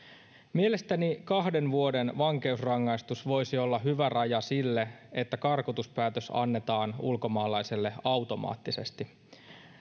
mielestäni kahden vuoden vankeusrangaistus voisi olla hyvä raja sille että karkotuspäätös annetaan ulkomaalaiselle automaattisesti